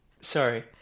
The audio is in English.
Sorry